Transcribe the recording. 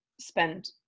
spend